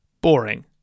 Boring